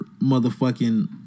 motherfucking